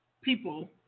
people